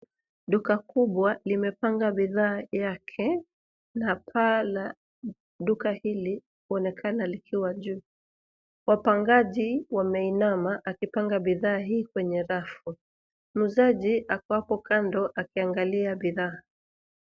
Duka kubwa limepanga bidhaa yake na paa la duka hili huonekana likiwa juu. Wapangaji wameinama akipanga bidhaa hii kwenye rafu. Muuzaji ako hapo kando akiangalia bidhaa.